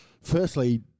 firstly